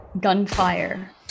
gunfire